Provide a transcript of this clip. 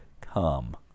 come